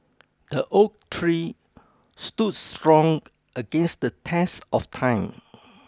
the oak tree stood strong against the test of time